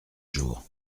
jour